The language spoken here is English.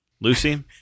Lucy